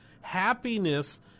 happiness